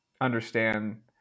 understand